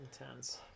intense